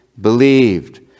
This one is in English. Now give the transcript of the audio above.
believed